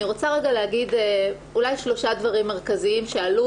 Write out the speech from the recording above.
אני רוצה רגע להגיד אולי שלושה דברים מרכזיים שעלו